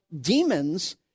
demons